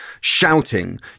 shouting